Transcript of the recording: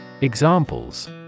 Examples